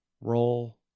roll